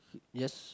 yes